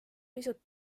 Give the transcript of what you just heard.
pisut